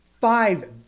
five